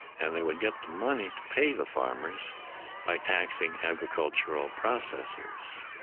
and they would get the money to pay the farmers by taxing agricultural processors.